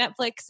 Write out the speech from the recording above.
Netflix